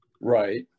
right